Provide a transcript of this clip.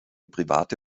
private